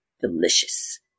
delicious